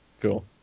Cool